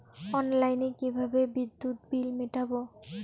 অনলাইনে কিভাবে বিদ্যুৎ বিল মেটাবো?